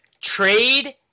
trade